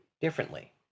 differently